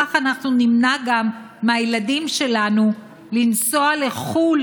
כך גם נמנע מהילדים שלנו לנסוע לחו"ל